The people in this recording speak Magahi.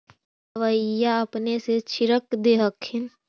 दबइया अपने से छीरक दे हखिन?